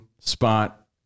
Spot